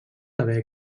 haver